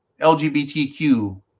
LGBTQ